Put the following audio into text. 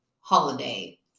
holiday